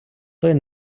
той